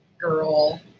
girl